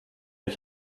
ich